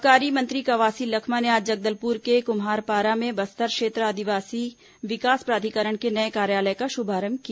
आबकारी मंत्री कवासी लखमा ने आज जगदलपुर के कुम्हारपारा में बस्तर क्षेत्र आदिवासी विकास प्राधिकरण के नए कार्यालय का शुभारंभ किया